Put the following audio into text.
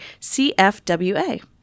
CFWA